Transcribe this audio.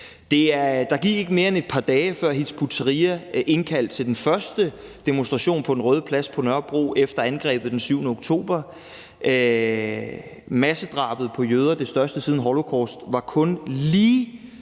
Der gik ikke mere end et par dage, før Hizb ut-Tahrir indkaldte til den første demonstration på Den Røde Plads på Nørrebro efter angrebet den 7. oktober. Massedrabet på jøder – det største siden holocaust – var kun lige